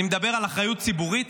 אני מדבר על אחריות ציבורית,